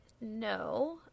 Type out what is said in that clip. no